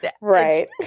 Right